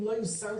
אם לא יהיו סנקציות